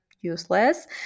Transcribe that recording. useless